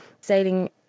sailing